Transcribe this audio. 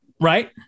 Right